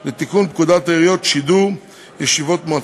מיקי לוי בנושא: הצעת חוק לתיקון פקודת העיריות (שידור ישיבות מועצה),